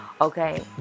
Okay